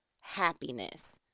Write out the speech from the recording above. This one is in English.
happiness